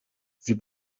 sie